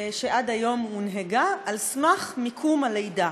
שעד היום הונהגה על סמך מקום הלידה.